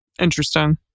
Interesting